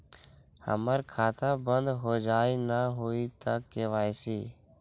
हमर खाता बंद होजाई न हुई त के.वाई.सी?